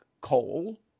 coal